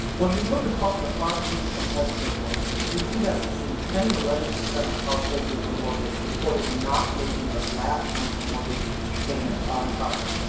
when we look across the five weeks of the pulse survey we say that between ten and eleven percent of households with a mortgage reported not making their last month's mortgage payment on time.